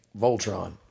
Voltron